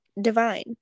divine